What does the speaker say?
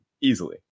easily